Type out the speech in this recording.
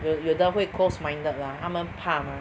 有有的会 close minded lah 他们怕 mah